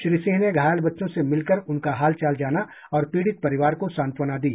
श्री सिंह ने घायल बच्चों से मिलकर उनका हाल चाल जाना और पीड़ित परिवार को सांत्वना दी